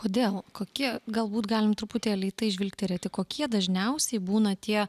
kodėl kokie galbūt galim truputėlį į tai žvilgterėti kokie dažniausiai būna tie